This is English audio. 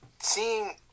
Seeing